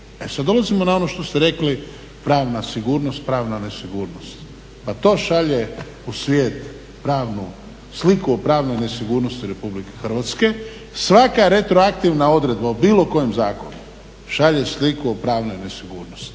E sad dolazimo na ono što ste rekli pravna sigurnost, pravna nesigurnost. Pa to šalje u svijet pravnu sliku o pravnoj nesigurnosti Republike Hrvatske. Svaka retroaktivna odredba o bilo kojem zakonu šalje sliku o pravnoj nesigurnosti